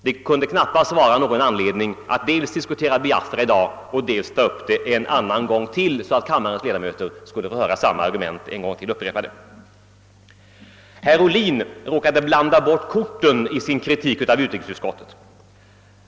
Det kunde knappast vara anledning att dels diskutera Biafra i dag, dels ta upp frågan vid ett annat tillfälle så att kammarens ledamöter skulle få höra samma argument upprepas en gång till. Herr Ohlin råkade blanda ihop korten i sin kritik av utrikesutskottet.